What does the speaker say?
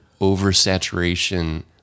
oversaturation